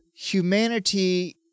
humanity